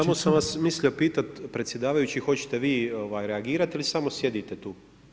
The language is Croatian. Samo sam vas mislio pitati predsjedavajući hoćete vi reagirati ili samo sjedite tu?